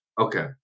Okay